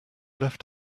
left